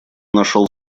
нашел